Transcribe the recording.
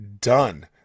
done